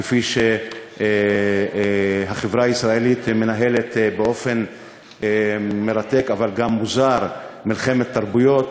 כפי שהחברה הישראלית מנהלת באופן מרתק אבל גם מוזר מלחמת תרבויות.